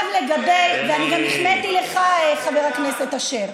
עכשיו, לגבי, ואני גם החמאתי לך, חבר הכנסת אשר.